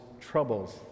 troubles